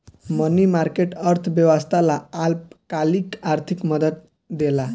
मनी market, अर्थव्यवस्था ला अल्पकालिक आर्थिक मदद देला